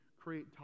create